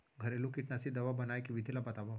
घरेलू कीटनाशी दवा बनाए के विधि ला बतावव?